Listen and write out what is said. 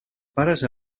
pares